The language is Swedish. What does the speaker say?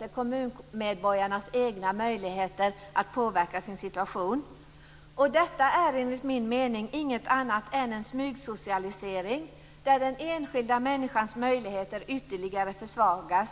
och kommunmedborgarnas egna möjligheter att påverka sin situation. Detta är, enligt min mening, inget annat än en smygsocialisering, där den enskilda människans möjligheter ytterligare försvagas.